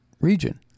region